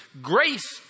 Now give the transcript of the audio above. Grace